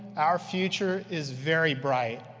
our future is very bright!